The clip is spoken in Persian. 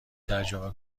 ترجمه